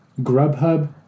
Grubhub